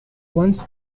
once